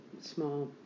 small